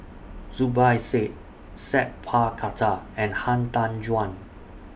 Zubir Said Sat Pal Khattar and Han Tan Juan